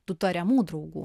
tų tariamų draugų